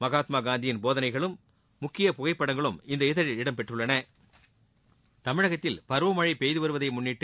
மகாத்மாகாந்தியின் போதனைகளும் முக்கிய புகைப்படங்களும் இந்த இதழில் இடம்பெற்றுள்ளன தமிழகத்தில் பருவமழை பெய்து வருவதை முன்ளிட்டு